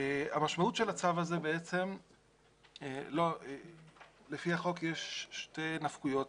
המשמעות של הצו הזה, לפי החוק יש שתי נפקויות